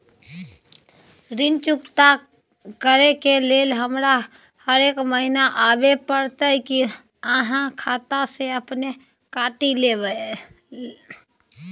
ऋण चुकता करै के लेल हमरा हरेक महीने आबै परतै कि आहाँ खाता स अपने काटि लेबै?